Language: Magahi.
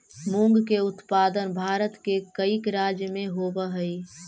मूंग के उत्पादन भारत के कईक राज्य में होवऽ हइ